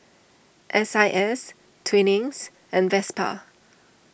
S I S Twinings and Vespa